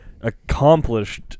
accomplished